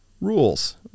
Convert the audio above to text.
rules